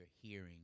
hearing